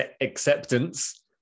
acceptance